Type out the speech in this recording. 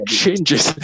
changes